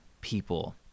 people